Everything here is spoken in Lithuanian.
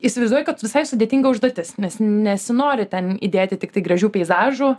įsivaizduoji kad visai sudėtinga užduotis nes nesinori ten įdėti tiktai gražių peizažų